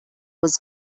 was